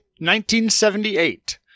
1978